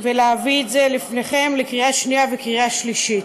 ולהביא את זה לפניכם לקריאה שנייה ולקריאה שלישית.